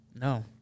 No